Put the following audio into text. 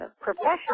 professional